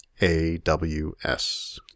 AWS